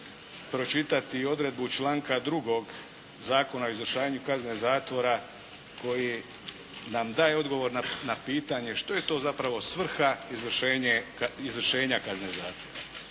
pročitati i odredbu članka 2. Zakona o izvršavanju kazne zatvora koji nam daje odgovor na pitanje što je to zapravo svrha izvršenja kazne zatvora.